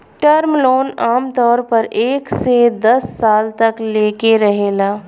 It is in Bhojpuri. टर्म लोन आमतौर पर एक से दस साल तक लेके रहेला